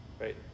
Right